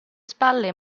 spalle